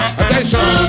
attention